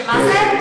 שמה זה?